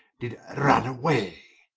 did run away.